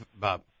Bob